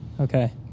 Okay